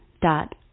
dot